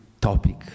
topic